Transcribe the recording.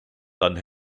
dann